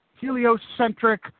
heliocentric